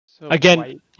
Again